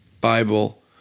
Bible